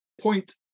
Point